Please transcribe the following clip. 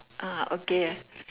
ah okay ah